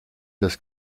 des